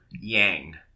Yang